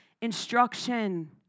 instruction